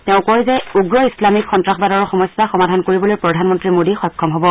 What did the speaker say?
তেওঁ কয় যে হিংসাম্মক ইছলামীক সন্তাসবাদৰ সমস্যা সমাধান কৰিবলৈ প্ৰধানমন্ত্ৰী মোডী সক্ষম হব